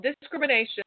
discrimination